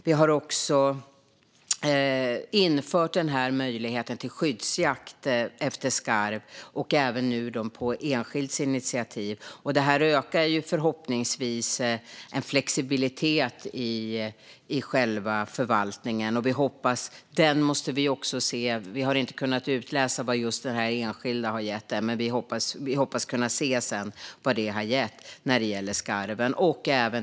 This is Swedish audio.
Vi har också infört en möjlighet till skyddsjakt på skarv på enskilds initiativ. Detta ökar förhoppningsvis flexibiliteten i själva förvaltningen. Vi har ännu inte kunnat utläsa vad just det här enskilda har gett, men vi hoppas kunna se senare vad det har gett när det gäller skarven.